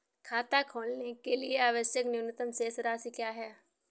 खाता खोलने के लिए आवश्यक न्यूनतम शेष राशि क्या है?